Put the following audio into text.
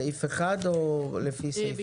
סעיף אחד או לפי סעיפים?